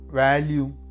value